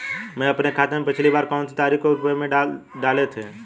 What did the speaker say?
मैंने अपने खाते में पिछली बार कौनसी तारीख को रुपये डाले थे?